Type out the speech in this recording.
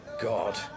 God